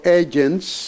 agents